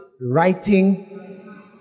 writing